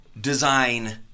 Design